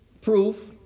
Proof